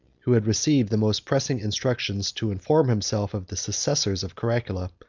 who had received the most pressing instructions to inform himself of the successors of caracalla,